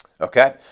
Okay